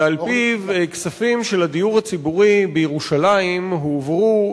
ועל-פיו כספים של הדיור הציבורי בירושלים הועברו,